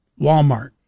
Walmart